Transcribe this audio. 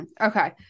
Okay